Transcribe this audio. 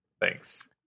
Thanks